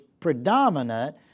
predominant